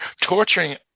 torturing